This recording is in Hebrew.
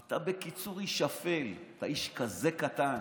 בקיצור, אתה איש שפל, אתה איש כזה קטן.